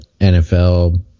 NFL